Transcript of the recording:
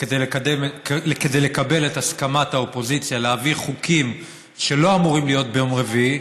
כדי לקבל את הסכמת האופוזיציה להביא חוקים שלא אמורים להיות ביום רביעי,